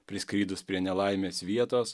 priskridus prie nelaimės vietos